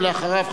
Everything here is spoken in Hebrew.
ואחריו,